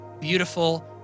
beautiful